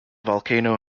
volcano